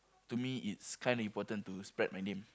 to me it's kind of important to spread my name